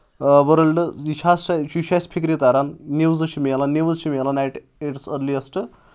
world یہِ چھا یہِ چھُ اَسہِ فِکرِ تران نِوزٕ چھِ مِلان نِوٕز چھِ مِلان ایٹ اِٹٕس أرلِیسٹہٕ